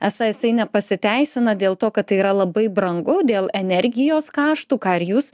esą jisai nepasiteisina dėl to kad tai yra labai brangu dėl energijos kaštų ką ir jūs